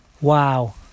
Wow